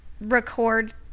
record